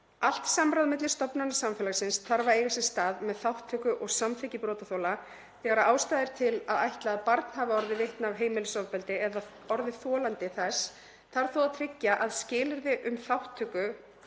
Allt samráð milli stofnana samfélagsins þarf að eiga sér stað með þátttöku og samþykki brotaþola. Þegar ástæða er til að ætla að barn hafi orðið vitni að heimilisofbeldi eða orðið þolandi þess þarf þó að tryggja að skilyrði um þátttöku